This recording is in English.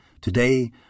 Today